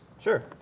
sure.